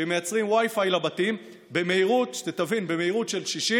שמייצרים Wi-Fi לבתים במהירות של 60,